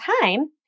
time